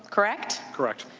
correct? correct?